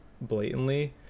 blatantly